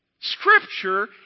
Scripture